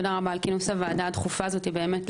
תודה רבה על כינוס הוועדה הדחופה לבקשתנו.